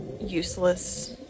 useless